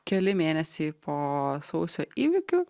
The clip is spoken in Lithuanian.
keli mėnesiai po sausio įvykių